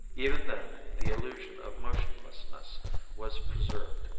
even then the illusion of motionlessness was preserved.